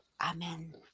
Amen